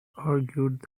argued